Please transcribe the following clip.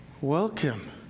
Welcome